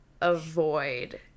avoid